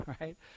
right